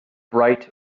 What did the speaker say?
bright